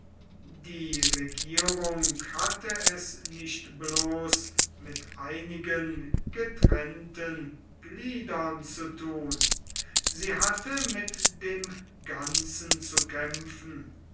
die regierung hatte es nicht bloß mit einigen getrennten gliedern zu thun sie hatte mit dem ganzen zu kämpfen